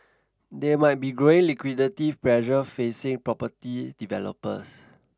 there might be growing liquidity pressure facing property developers